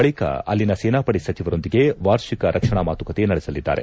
ಬಳಿಕ ಅಲ್ಲಿನ ಸೇನಾಪಡೆ ಸಚಿವರೊಂದಿಗೆ ವಾರ್ಷಿಕ ರಕ್ಷಣಾ ಮಾತುಕತೆ ನಡೆಸಲಿದ್ದಾರೆ